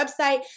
website